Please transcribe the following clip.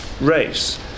race